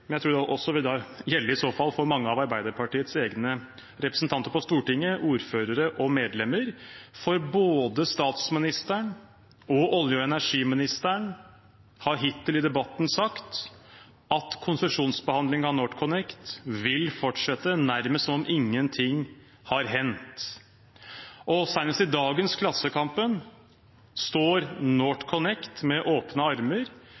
Men jeg tror det i så fall også vil gjelde for mange av Arbeiderpartiets egne representanter på Stortinget, ordførere og medlemmer, for både statsministeren og olje- og energiministeren har hittil i debatten sagt at konsesjonsbehandlingen av NorthConnect vil fortsette, nærmest som om ingenting har hendt. Senest i dagens Klassekampen står det at NorthConnect står med åpne armer,